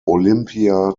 olimpia